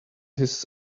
his